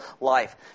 life